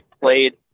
played